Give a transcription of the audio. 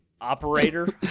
operator